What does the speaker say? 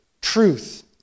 truth